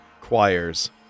Choirs